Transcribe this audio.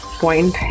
point